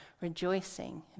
rejoicing